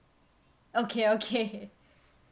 okay okay